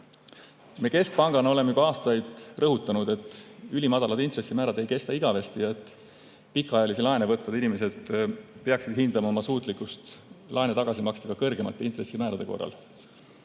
Me keskpangana oleme juba aastaid rõhutanud, et ülimadalad intressimäärad ei kesta igavesti ja pikaajalisi laene võtvad inimesed peaksid hindama oma suutlikkust laenu tagasi maksta ka kõrgemate intressimäärade korral.